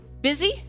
busy